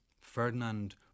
Ferdinand